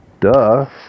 duh